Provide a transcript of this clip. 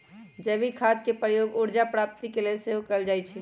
जैविक खाद के प्रयोग ऊर्जा प्राप्ति के लेल सेहो कएल जाइ छइ